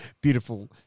beautiful